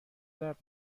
درد